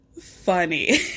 funny